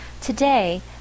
Today